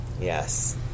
Yes